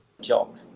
job